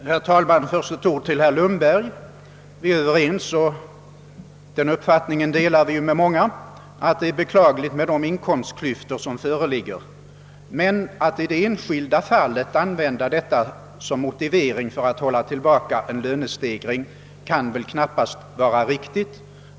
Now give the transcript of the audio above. Herr talman! Först ett par ord till herr Lundberg. Vi är överens om — och den uppfattningen delar vi med många — att det är beklagligt med de inkomstklyftor som föreligger. Men att i det enskilda fallet använda detta som motivering för att hålla tillbaka en lönehöjning kan väl knappast vara riktigt.